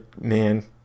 man